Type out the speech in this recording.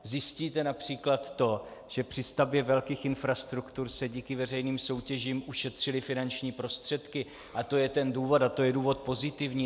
Zjistíte například to, že při stavbě velkých infrastruktur se díky veřejným soutěžím ušetřily finanční prostředky, a to je ten důvod a to je důvod pozitivní.